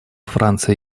франция